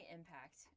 impact